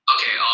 Okay